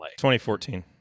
2014